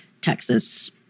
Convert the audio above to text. Texas